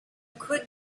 could